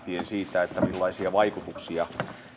siitä millaisia vaikutuksia